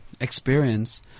experience